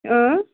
اۭں